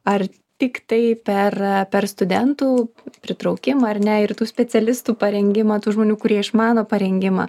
ar tiktai per per studentų pritraukimą ar ne ir tų specialistų parengimą tų žmonių kurie išmano parengimą